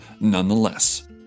nonetheless